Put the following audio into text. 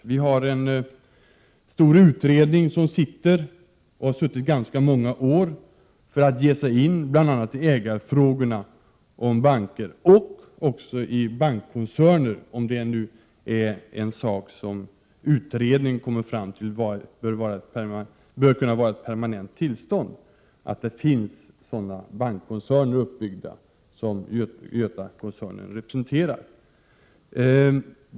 Det pågår en stor utredning — den har pågått i ganska många år — för att utreda bl.a. ägarfrågorna när det gäller banker och också när det gäller bankkoncerner, om det nu enligt vad utredningen kommer fram till bör kunna vara ett permanent tillstånd att det finns bankkoncerner som GotaGruppen-koncernen.